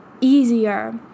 easier